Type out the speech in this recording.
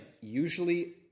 usually